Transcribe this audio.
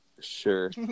Sure